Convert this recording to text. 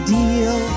deal